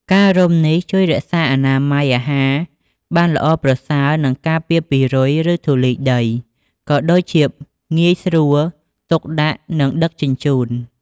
ការរុំនេះជួយ រក្សាអនាម័យ អាហារបានល្អប្រសើរ និងការពារពីរុយ ឬធូលីដី ក៏ដូចជាងាយស្រួលទុកដាក់ និងដឹកជញ្ជូន។